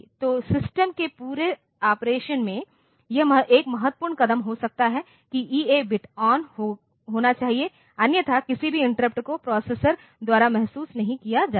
तो सिस्टम के पूरे ऑपरेशन में यह 1 महत्वपूर्ण कदम हो सकता है कि ईए बिट ऑन होना चाहिए अन्यथा किसी भी इंटरप्ट को प्रोसेसर द्वारा महसूस नहीं किया जाएगा